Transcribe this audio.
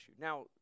Now